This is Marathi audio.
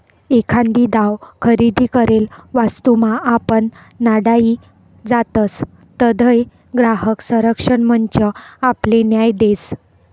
एखादी दाव खरेदी करेल वस्तूमा आपण नाडाई जातसं तधय ग्राहक संरक्षण मंच आपले न्याय देस